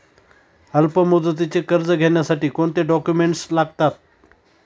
अल्पमुदतीचे कर्ज घेण्यासाठी कोणते डॉक्युमेंट्स लागतात?